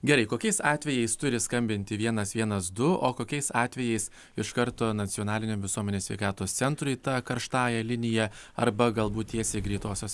gerai kokiais atvejais turi skambinti vienas vienas du o kokiais atvejais iš karto nacionaliniam visuomenės sveikatos centrui ta karštąja linija arba galbūt tiesiai greitosios